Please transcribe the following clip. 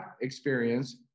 experience